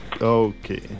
Okay